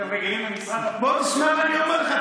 אתם רגילים למשרד הפנים, בוא תשמע מה אני אומר לך,